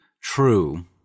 true